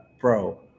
bro